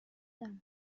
بودم